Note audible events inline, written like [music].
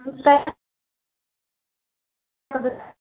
हम कहे [unintelligible]